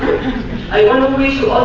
i wanna wish you